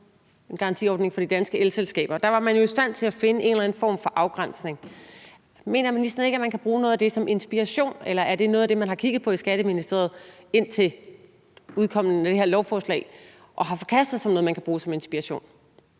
en garantiordning for de danske elselskaber, og der var man jo i stand til at finde en eller anden form for afgrænsning. Mener ministeren ikke, at man kan bruge noget af det som inspiration? Eller er det noget af det, man har kigget på i Skatteministeriet indtil udkommet af det her lovforslag, og som man har forkastet som noget, man kan bruge som inspiration?